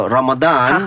Ramadan